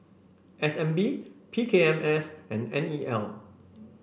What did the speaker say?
S N B P K M S and N E L